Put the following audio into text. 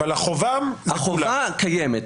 אבל החובה --- החובה קיימת.